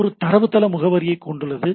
இது தரவுத்தள முகவரியைக் கொண்டுள்ளது